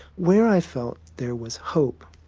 where i felt there was hope,